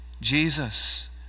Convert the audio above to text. Jesus